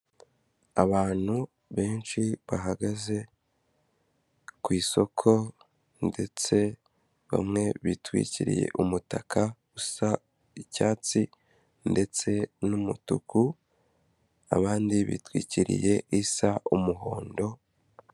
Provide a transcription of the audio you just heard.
Abantu benshi bahagaze ku isoko ndetse bamwe bitwikiriye umutaka usa icyatsi ndetse n'umutuku, abandi bitwikiriye isa umuhondo.